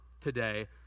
today